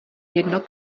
jedno